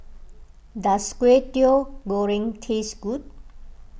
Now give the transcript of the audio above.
does Kway Teow Goreng taste good